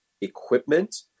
equipment